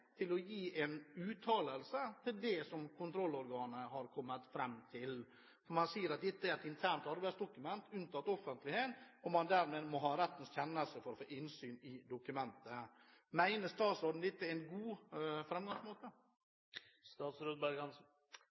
til å gi en uttalelse til det som kontrollorganet har kommet fram til. Man sier at dette er et internt arbeidsdokument unntatt offentlighet, og at man dermed må ha rettens kjennelse for å få innsyn i dokumentet. Mener statsråden dette er en god